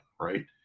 right